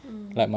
mm